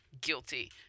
guilty